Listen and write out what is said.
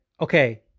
okay